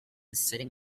sitting